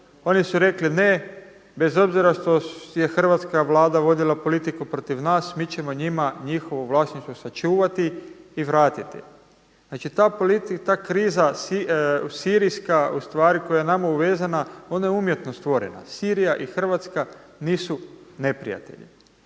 oni su rekli ne bez obzira što je hrvatska Vlada vodila politiku protiv nas, mi ćemo njima njihovo vlasništvo sačuvati i vratiti. Znači ta politika, ta kriza sirijska u stvari koja je nama uvezena ona je umjetno stvorena. Sirija i Hrvatska nisu neprijatelji.